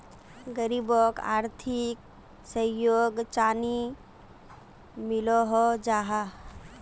गरीबोक आर्थिक सहयोग चानी मिलोहो जाहा?